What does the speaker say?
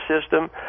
system